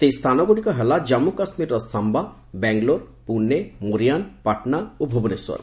ସେହି ସ୍ଥାନଗୁଡ଼ିକ ହେଲା କାଞ୍ଚୁ କାଶ୍ମୀର ଶାୟା ବାଙ୍ଗାଲୋର ପୁନେ ମୋରିୟାନ୍ ପାଟନା ଓ ଭୁବନେଶ୍ୱର